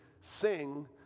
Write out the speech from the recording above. Sing